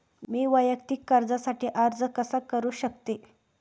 मी वैयक्तिक कर्जासाठी अर्ज कसा करु शकते?